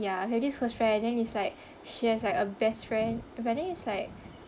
ya I have this close friend then is like she has like a best friend but then it's like